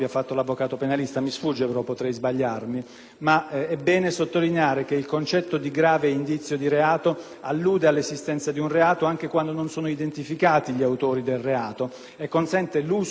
Ma è bene sottolineare che il concetto di gravi indizi di reato allude all'esistenza di un reato anche quando non sono identificati gli autori del reato e consente l'uso delle intercettazioni in tutti i numerosissimi casi